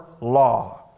law